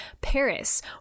Paris